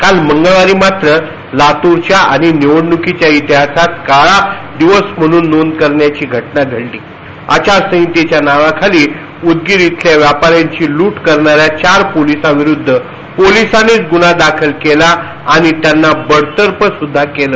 काल मंगळवारी मात्र लातूरच्या आणि निवडणुकीच्या इतिहासात काळा दिवस म्हणून नोंद करण्याची घटना घडली आचारसंहितेच्या नावाखाली उदगीर येथील व्यापार्याची लूट करणाऱ्या चार पोलिसांविरुद्ध पोलिसांनीच गुन्हा दाखल केला आणि त्यांना बडतर्फ सुद्धा केलं